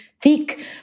thick